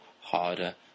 harder